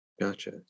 Gotcha